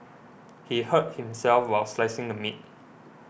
he hurt himself while slicing the meat